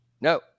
no